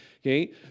Okay